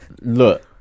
Look